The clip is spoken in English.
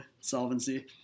solvency